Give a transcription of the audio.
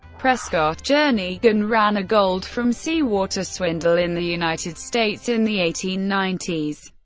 prescott jernegan ran a gold-from-seawater swindle in the united states in the eighteen ninety s,